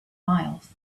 miles